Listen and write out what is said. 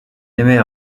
aimait